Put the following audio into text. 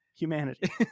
humanity